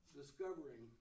discovering